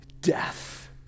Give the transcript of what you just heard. death